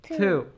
two